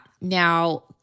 Now